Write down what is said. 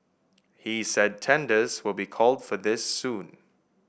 he said tenders will be called for this soon